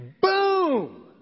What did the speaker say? boom